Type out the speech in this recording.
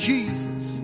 Jesus